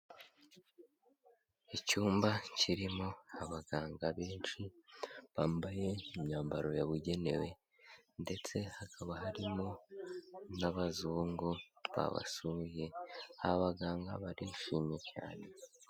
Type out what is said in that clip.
Icyumba kirimo abaganga benshi, bambaye imyambaro yabugenewe ndetse hakaba harimo n'abazungu, babasuye, aba baganga barishimye cyane.